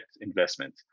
investment